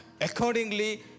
accordingly